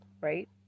right